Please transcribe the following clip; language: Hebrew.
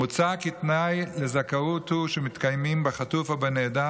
מוצע כי תנאי לזכאות הוא שמתקיימים בחטוף או בנעדר